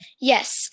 Yes